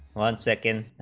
one second,